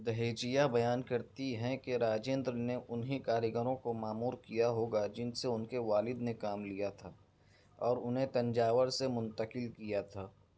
دہیجیا بیان کرتی ہیں کہ راجندر نے انہیں کاریگروں کو مامور کیا ہوگا جن سے ان کے والد نے کام لیا تھا اور انہیں تنجاور سے منتکل کیا تھا